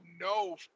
no